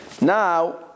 Now